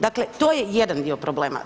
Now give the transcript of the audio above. Dakle, to je jedan dio problema.